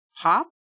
pop